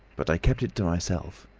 but i kept it to myself.